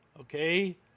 okay